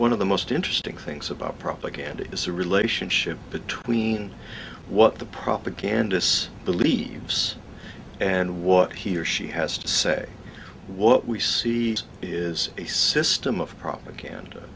one of the most interesting things about propaganda is the relationship between what the propagandists believes and what he or she has to say what we see is a system of propaganda